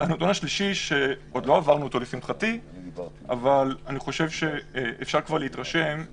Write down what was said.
אני רוצה להגיד רק